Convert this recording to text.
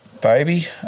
baby